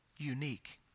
unique